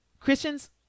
Christians